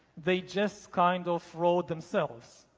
they just kind of wrote themselves.